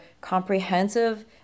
comprehensive